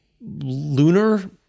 lunar